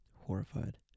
horrified